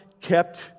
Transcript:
kept